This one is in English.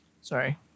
Sorry